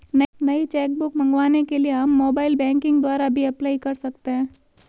नई cheque book मंगवाने के लिए हम मोबाइल बैंकिंग द्वारा भी अप्लाई कर सकते है